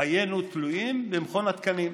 חיינו תלויים במכון התקנים.